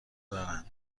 دارن